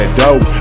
dope